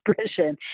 expression